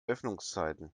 öffnungszeiten